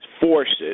forces